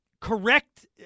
correct